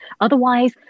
otherwise